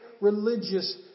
religious